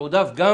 יתועדף גם